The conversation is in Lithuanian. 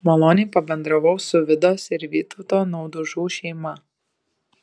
maloniai pabendravau su vidos ir vytauto naudužų šeima